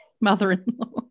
mother-in-law